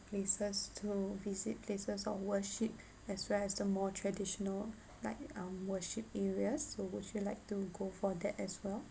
places to visit places of worship as well as the more traditional like um worship areas so would you like to go for that as well